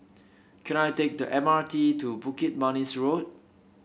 can I take the M R T to Bukit Manis Road